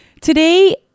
Today